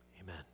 Amen